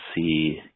see